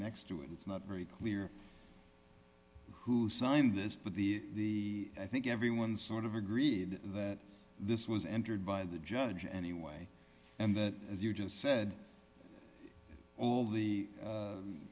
next to it it's not very clear who signed this but the i think everyone sort of agreed that this was entered by the judge anyway and that as you just said all the